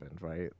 right